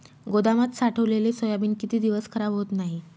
गोदामात साठवलेले सोयाबीन किती दिवस खराब होत नाही?